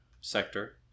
sector